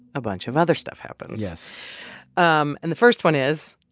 a bunch of other stuff happens yes um and the first one is,